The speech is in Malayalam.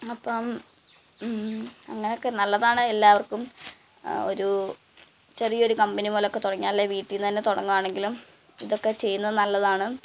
അപ്പം അങ്ങനെ ഒക്കെ നല്ലതാണ് എല്ലാവര്ക്കും ഒരു ചെറിയൊരു കമ്പനി പോലെ ഒക്കെ തുടങ്ങിയാൽ അല്ലെങ്കിൽ വീട്ടിൽ നിന്നുതന്നെ തുടങ്ങുവാണെങ്കിലും ഇതൊക്കെ ചെയ്യുന്നത് നല്ലതാണ്